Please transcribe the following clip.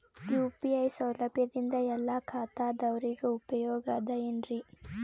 UPI ಸೌಲಭ್ಯದಿಂದ ಎಲ್ಲಾ ಖಾತಾದಾವರಿಗ ಉಪಯೋಗ ಅದ ಏನ್ರಿ?